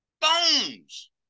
bones